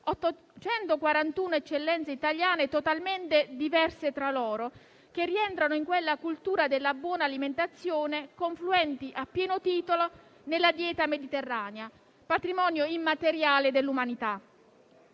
841 eccellenze italiane totalmente diverse tra loro, che rientrano nella cultura della buona alimentazione e confluenti a pieno titolo nella dieta mediterranea, patrimonio immateriale dell'umanità.